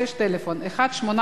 פה יש מספר טלפון: 1-800-800-290.